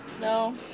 No